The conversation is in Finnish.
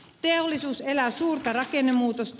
teollisuus elää suurta rakennemuutosta